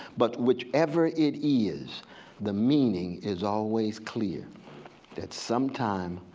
but which ever it is the meaning is always clear that sometime,